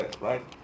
right